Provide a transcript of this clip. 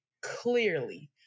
clearly